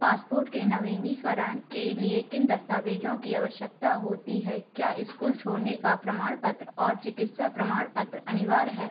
passport के नवीनीकरण के लिए किन दस्तावेज़ों की आवश्यकता होती है क्या स्कूल छोड़ने का प्रमाण पत्र और चिकित्सा प्रमाण पत्र अनिवार्य हैं